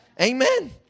Amen